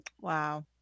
Wow